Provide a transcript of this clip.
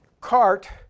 cart